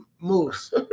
Moose